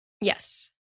Yes